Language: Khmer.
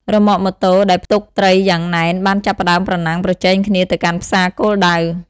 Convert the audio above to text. រ៉ឺម៉កម៉ូតូ ដែលផ្ទុកត្រីយ៉ាងណែនបានចាប់ផ្តើមប្រណាំងប្រជែងគ្នាទៅកាន់ផ្សារគោលដៅ។